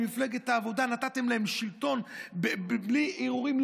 עם מפלגת העבודה, נתתם להם שלטון בלי ערעורים?